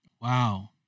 Wow